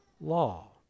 law